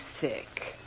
sick